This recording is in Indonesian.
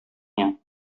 nya